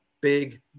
big